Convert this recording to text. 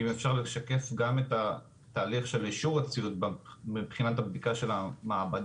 אם אפשר לשקף גם את התהליך של אישור הציוד מבחינת הבדיקה של המעבדות,